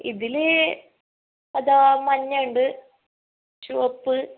ഇതിൽ അതാ മഞ്ഞ ഉണ്ട് ചുവപ്പ്